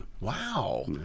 Wow